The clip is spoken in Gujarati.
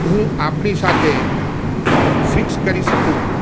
હું આપની સાથે ફિક્સ કરી શકું